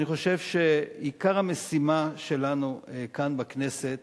אני חושב שעיקר המשימה שלנו כאן בכנסת